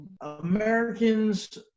Americans